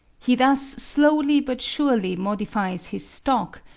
he thus slowly but surely modifies his stock,